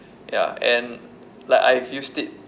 ya and like I've used it